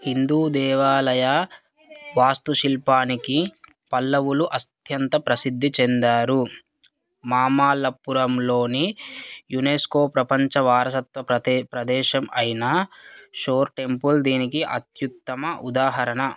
హిందూ దేవాలయా వాస్తు శిల్పానికి పల్లవులు అస్త్యంత ప్రసిద్ధి చెందారు మామాల్లప్పురంలోని యునెస్కో ప్రపంచ వారసత్వ ప్రదేశం అయిన షోర్ టెంపుల్ దీనికి అత్యుత్తమ ఉదాహరణ